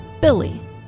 Billy